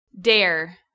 dare